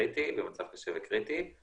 במצב קשה וקריטי.